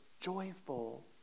joyful